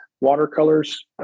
watercolors